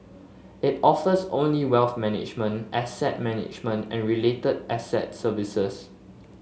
it offers only wealth management asset management and related asset services